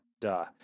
Duh